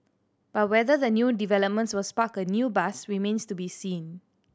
but whether the new developments will spark a new buzz remains to be seen